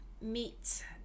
meet